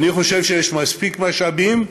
אני חושב שיש מספיק משאבים,